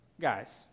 Guys